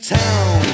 town